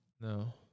No